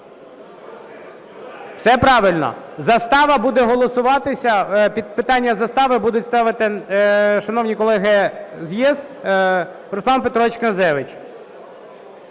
Все правильно? Застава буде голосуватися, питання застави будуть ставити шановні колеги з "ЄС", Руслан Петрович Князевич.